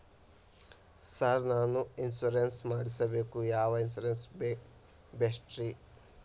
Sir ನಾನು insurance ಮಾಡಿಸಬೇಕು ಯಾವ ಇನ್ಶೂರೆನ್ಸ್ ಬೆಸ್ಟ್ರಿ?